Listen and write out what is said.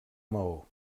maó